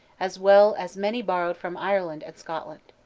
as well as many borrowed from ireland and scotland.